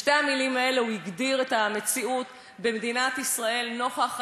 בשתי המילים האלה הוא הגדיר את המציאות במדינת ישראל נוכח